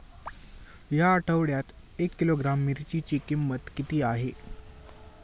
या आठवड्यात एक किलोग्रॅम मिरचीची किंमत किती आहे?